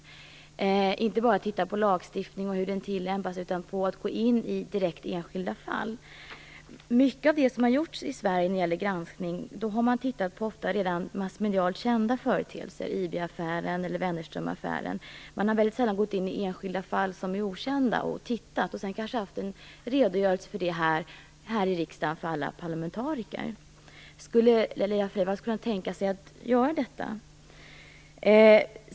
Man bör inte bara titta på lagstiftning och hur den tillämpas utan gå in i enskilda fall. Mycket av det som har gjorts i Sverige när det gäller granskning gäller massmedialt redan kända företeelser: IB-affären eller Wennerströmaffären. Man har väldigt sällan tittat på enskilda okända fall och sedan haft en redogörelse för alla parlamentariker här i riksdagen. Skulle Laila Freivalds kunna tänka sig att göra detta?